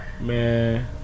man